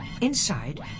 Inside